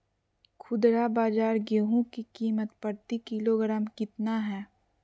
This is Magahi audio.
खुदरा बाजार गेंहू की कीमत प्रति किलोग्राम कितना है?